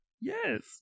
yes